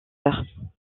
heures